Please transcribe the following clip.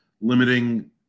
limiting